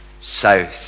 south